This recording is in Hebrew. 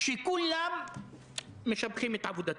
שכולם משבחים את עבודתו.